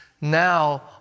now